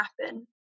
happen